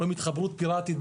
התחברות פיראטית,